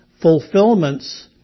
fulfillments